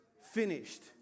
finished